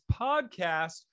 podcast